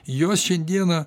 jos šiandieną